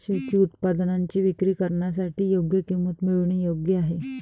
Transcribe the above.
शेती उत्पादनांची विक्री करण्यासाठी योग्य किंमत मिळवणे योग्य आहे